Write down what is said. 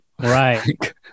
Right